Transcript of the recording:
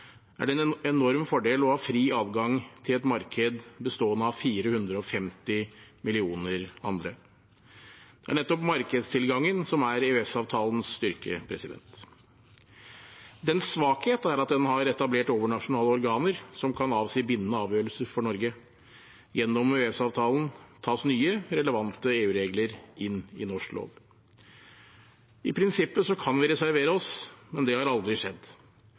er det en enorm fordel å ha fri adgang til et marked bestående av 450 millioner andre. Det er nettopp markedstilgangen som er EØS-avtalens styrke. EØS-avtalens svakhet er at den har etablert overnasjonale organer som kan avsi bindende avgjørelser for Norge. Gjennom EØS-avtalen tas nye, relevante EU-regler inn i norsk lov. I prinsippet kan vi reservere oss, men det har aldri skjedd.